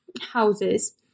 houses